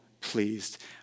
pleased